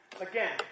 again